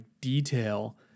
detail